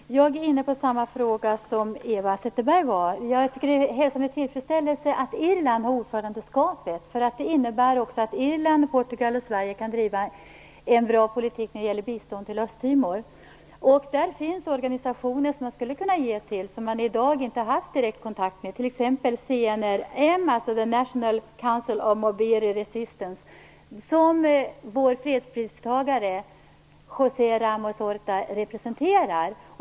Fru talman! Jag är inne på samma fråga som Eva Zetterberg. Jag hälsar med tillfredsställelse att Irland har ordförandeskapet. Det innebär att Irland, Portugal och Sverige kan driva en bra politik när det gäller bistånd till Östtimor. Där finns organisationer som man skulle kunna ge till och som man i dag inte haft direkt kontakt med, t.ex. CNRM, The National Council of Maubere Resistance, som fredspristagaren José Ramos Horta representerar.